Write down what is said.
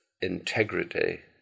integrity